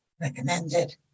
recommended